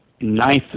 ninth